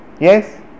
Yes